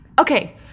Okay